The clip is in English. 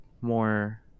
more